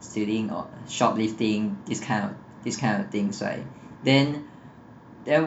stealing or shoplifting these kind of these kind of things right then